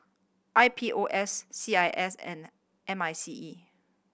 I P O S C I S and M I C E